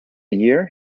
year